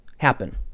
happen